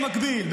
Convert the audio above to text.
במקביל,